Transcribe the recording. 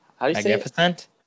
magnificent